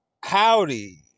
Howdy